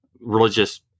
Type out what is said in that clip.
religious